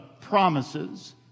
promises